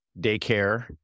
daycare